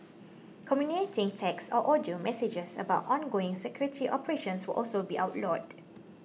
communicating text or audio messages about ongoing security operations will also be outlawed